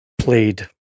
played